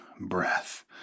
breath